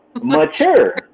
Mature